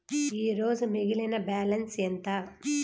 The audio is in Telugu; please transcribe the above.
ఈరోజు మిగిలిన బ్యాలెన్స్ ఎంత?